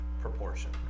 proportion